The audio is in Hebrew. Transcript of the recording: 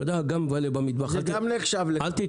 גם מבלה במטבח, ואני גאה